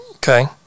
Okay